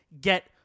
get